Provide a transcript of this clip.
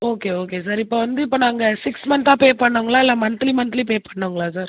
okay okay sir இப்போ வந்து இப்போ நாங்கல் சிக்ஸ் மன்த்தா பே பண்ணுங்களா இல்லை மன்த்லி மன்த்லி பே பண்ணுங்களா சார்